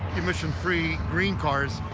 emission-free, green cars,